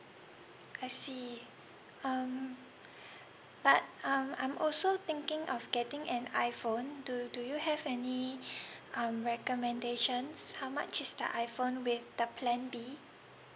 I see um but um I'm also thinking of getting an iphone do do you have any um recommendations how much is the iphone with the plan B